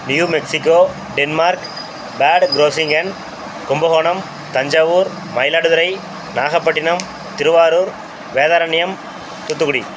new Mexico Denmark பேடு ப்ரொஸிங்யன் கும்பகோணம் தஞ்சாவூர் மயிலாடுதுறை நாகப்பட்டினம் திருவாரூர் வேதாரண்யம் தூத்துக்குடி